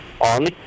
on